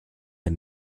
der